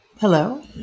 Hello